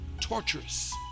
torturous